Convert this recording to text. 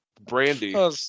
Brandy